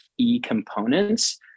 e-components